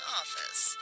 office